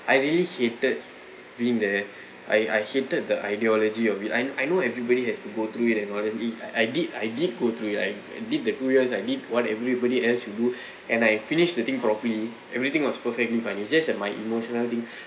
I really hated being there I I hated the ideology of behind I know everybody has to go through it in orderly I did I did go through like I I did the two years I did what everybody has to do and I finish the thing properly everything was perfectly done it's just an my emotional thing